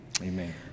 Amen